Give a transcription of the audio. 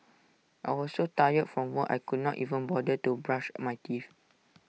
I was so tired from work I could not even bother to brush my teeth